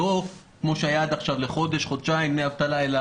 לא כפי שהייתה עד עכשיו לחודש חודשיים של דמי אבטלה אלא